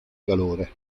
calore